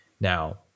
Now